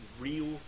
real